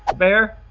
bear.